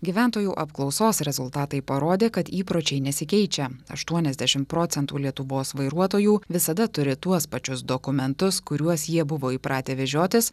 gyventojų apklausos rezultatai parodė kad įpročiai nesikeičia aštuoniasdešim procentų lietuvos vairuotojų visada turi tuos pačius dokumentus kuriuos jie buvo įpratę vežiotis